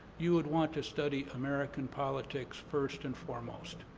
you would want to study american politics first and foremost.